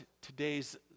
today's